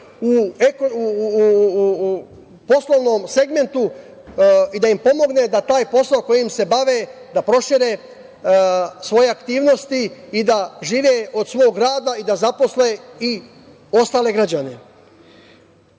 u poslovnom segmentu i da im pomogne da taj posao kojim se bave da prošire svoje aktivnosti i da žive od svog rada i da zaposle i ostale građane. Mislim,